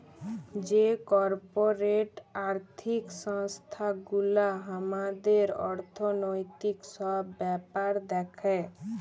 যে কর্পরেট আর্থিক সংস্থান গুলা হামাদের অর্থনৈতিক সব ব্যাপার দ্যাখে